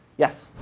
yes.